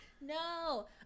no